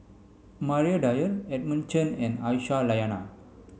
Maria Dyer Edmund Chen and Aisyah Lyana